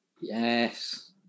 Yes